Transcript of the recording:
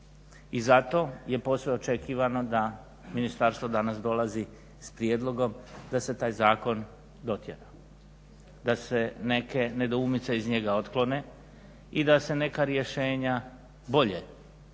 I zato je posve očekivano da ministarstvo danas dolazi s prijedlogom da se taj zakon dotjera, da se neke nedoumice iz njega otklone i da se neka rješenja bolje stipuliraju